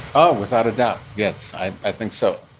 oh, without a doubt. yes, i think so.